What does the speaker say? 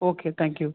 okay thank you